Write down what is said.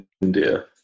India